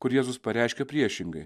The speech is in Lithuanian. kur jėzus pareiškė priešingai